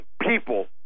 people